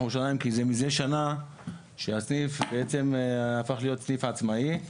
ירושלים שהסניף בעצם הפך להיות סניף עצמאי,